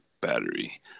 battery